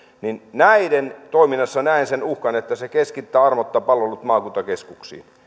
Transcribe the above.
näiden toiminnassa näen sen uhkan että se keskittää armotta palvelut maakuntakeskuksiin